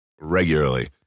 regularly